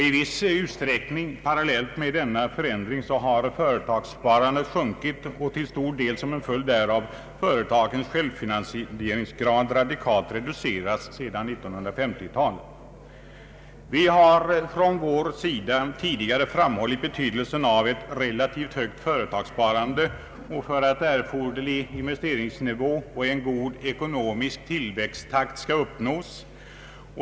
I viss utsträckning parallellt med denna förändring har företagssparandet sjunkit och till stor del som en följd därav företagens självfinansieringsgrad radikalt reducerats sedan 1950-talet. Vi har från vår sida tidigare framhållit betydelsen av ett relativt högt företagssparande för att erforderlig investeringsnivå och god ekonomisk tillväxttakt skall uppnås.